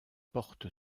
porte